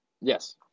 Yes